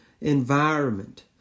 environment